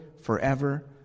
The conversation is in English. forever